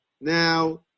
Now